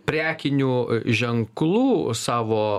prekinių ženklų savo